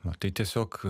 va tai tiesiog